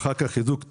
אחר כך חיזוק תפרים.